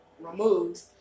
removed